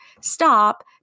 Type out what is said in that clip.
stop